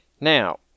Now